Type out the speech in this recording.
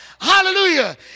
hallelujah